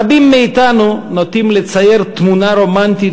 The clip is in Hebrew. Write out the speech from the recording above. רבים מאתנו נוטים לצייר תמונה רומנטית